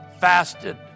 fasted